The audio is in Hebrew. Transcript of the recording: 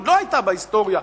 עוד לא היתה בהיסטוריה,